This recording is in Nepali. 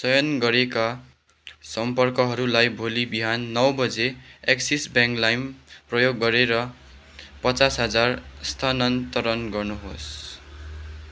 चयन गरिएका सम्पर्कहरूलाई भोलि बिहान नौ बजी एक्सिस ब्याङ्क लाइम प्रयोग गरेर पचास हजार स्थानान्तरण गर्नुहोस्